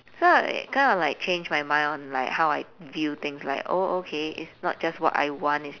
so I like kind of like changed my mind on like how I view things like oh okay it's not just what I want it's